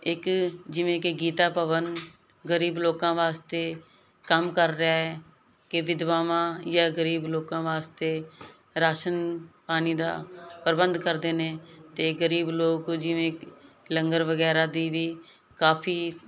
ਇਕ ਜਿਵੇਂ ਕਿ ਗੀਤਾ ਭਵਨ ਗਰੀਬ ਲੋਕਾਂ ਵਾਸਤੇ ਕੰਮ ਕਰ ਰਿਹਾ ਕਿ ਵਿਧਵਾਵਾਂ ਜਾਂ ਗਰੀਬ ਲੋਕਾਂ ਵਾਸਤੇ ਰਾਸ਼ਨ ਪਾਣੀ ਦਾ ਪ੍ਰਬੰਧ ਕਰਦੇ ਨੇ ਤੇ ਗਰੀਬ ਲੋਕ ਜਿਵੇਂ ਲੰਗਰ ਵਗੈਰਾ ਦੀ ਵੀ ਕਾਫੀ